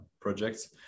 projects